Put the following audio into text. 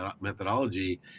methodology